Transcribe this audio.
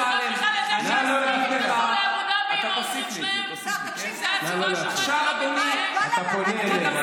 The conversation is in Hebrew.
רצח רבין הוא שלכם, השואה היא שלכם, אורלי, תודה.